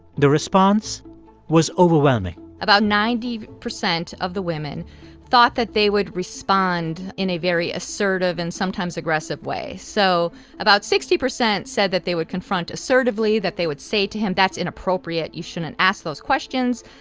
the response was overwhelming about ninety percent of the women thought that they would respond in a very assertive and sometimes aggressive way. so about sixty percent said that they would confront assertively, that they would say to him, that's inappropriate. you shouldn't ask those questions.